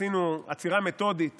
עשינו עצירה מתודית